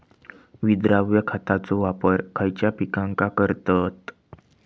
विद्राव्य खताचो वापर खयच्या पिकांका करतत?